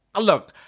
look